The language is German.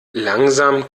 langsam